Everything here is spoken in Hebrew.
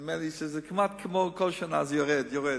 שנדמה לי שזה כמעט כמו כל שנה, זה יורד ויורד.